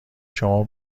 شما